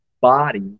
body